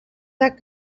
that